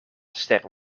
ster